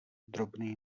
drobný